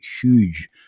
huge